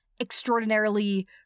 extraordinarily